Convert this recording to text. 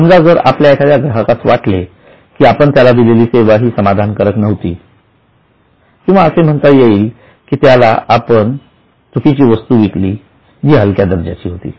समजा जर आपल्या एखाद्या ग्राहकाला वाटले की आपण त्याला दिलेली सेवा ही समाधानकारक नव्हती किंवा असे म्हणता येईल की की आपण त्याला चुकीची वस्तू विकली जी हलक्या दर्जाची होती